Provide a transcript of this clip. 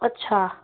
अच्छा